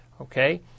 okay